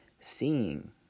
seeing